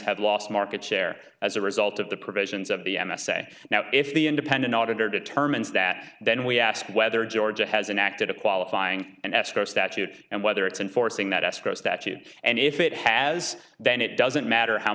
had lost market share as a result of the provisions of the n s a now if the independent auditor determines that then we ask whether georgia has enacted a qualifying and extra statute and whether it's enforcing that escrow statute and if it has then it doesn't matter how